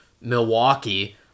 Milwaukee